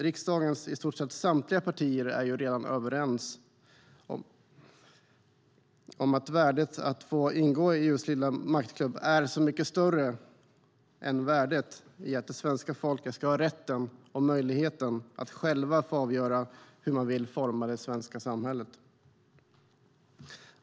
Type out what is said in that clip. Riksdagens i stort sett samtliga partier är ju redan överens om att värdet av att få ingå i EU:s lilla maktklubb är så mycket större än värdet i att det svenska folket ska ha rätten och möjligheten att självt få avgöra hur man vill forma samhället.